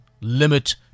limit